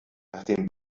nachdem